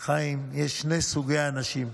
חיים, יש שני סוגי אנשים,